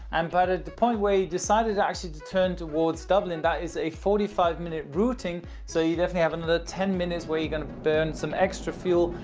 um but at the point where you decided actually to turn towards dublin, that is a forty five minute routing, so you definitely have another ten minutes where you're gonna burn some extra fuel,